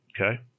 okay